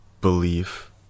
belief